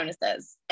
bonuses